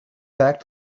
back